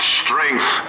strength